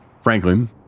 Franklin